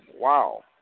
Wow